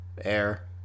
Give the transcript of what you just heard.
Air